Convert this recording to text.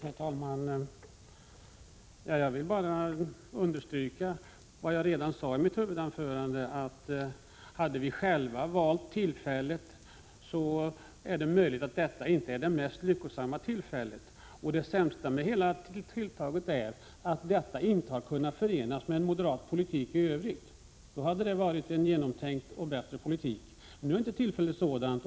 Herr talman! Jag vill bara understryka vad jag redan sade i mitt huvudanförande, nämligen att om vi moderater själva hade fått välja tillfälle är det möjligt att vi hade ansett att detta inte var det mest lyckosamma tillfället. Det sämsta med hela tilltaget är att avvecklingen av livsmedelssubventionerna inte har kunnat förenas med moderat politik i övrigt — det hade varit en bättre politik — men nu är läget inte sådant.